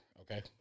Okay